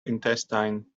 intestine